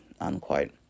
unquote